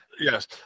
Yes